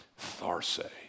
Tharse